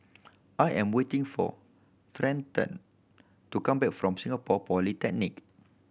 I am waiting for Trenten to come back from Singapore Polytechnic